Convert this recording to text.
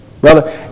brother